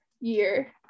year